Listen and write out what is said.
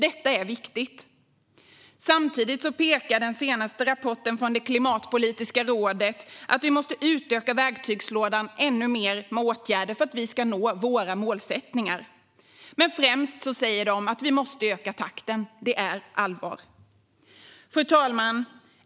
Detta är viktigt. Samtidigt pekar den senaste rapporten från Klimatpolitiska rådet på att vi måste utöka verktygslådan ännu mer med åtgärder för att nå våra mål. Men främst säger rådet att vi måste öka takten - det är allvar. Fru talman!